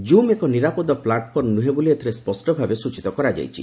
zoom ଏକ ନିରାପଦ platform ନୁହେଁ ବୋଲି ଏଥିରେ ସ୍ୱଷ୍ଟ ଭାବେ ସ୍ୱଚୀତ କରାଯାଇଛି